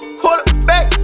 quarterback